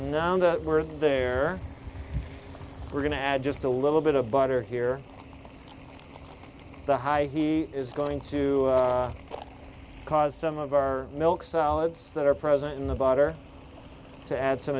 know that we're there we're going to add just a little bit of butter here the high he is going to cause some of our milk solids that are present in the bother to add some